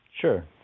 Sure